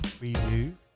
review